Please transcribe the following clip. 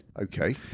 Okay